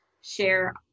share